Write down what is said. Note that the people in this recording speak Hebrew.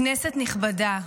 כנסת נכבדה,